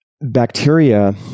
bacteria